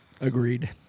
Agreed